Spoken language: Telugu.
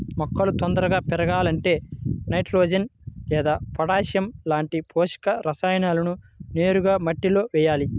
మొక్కలు తొందరగా పెరగాలంటే నైట్రోజెన్ లేదా పొటాషియం లాంటి పోషక రసాయనాలను నేరుగా మట్టిలో వెయ్యాలి